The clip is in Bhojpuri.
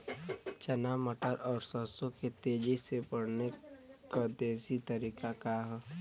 चना मटर और सरसों के तेजी से बढ़ने क देशी तरीका का ह?